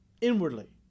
inwardly